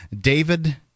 David